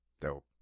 Dope